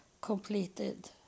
completed